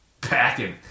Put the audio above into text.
packing